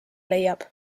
leiab